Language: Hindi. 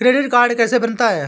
क्रेडिट कार्ड कैसे बनता है?